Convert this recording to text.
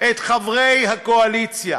חברי קואליציה